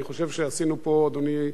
אדוני יושב-ראש הוועדה,